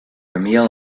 emile